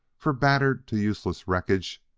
for, battered to useless wreckage,